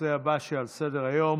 לנושא הבא שעל סדר-היום,